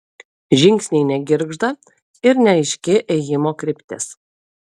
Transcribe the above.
žingsniai negirgžda ir neaiški ėjimo kryptis